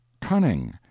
cunning